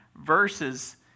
verses